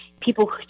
people